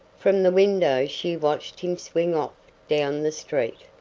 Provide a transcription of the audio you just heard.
from the window she watched him swing off down the street,